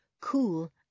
cool